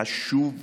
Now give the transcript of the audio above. חשוב מזה,